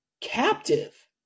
captive